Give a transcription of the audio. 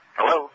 Hello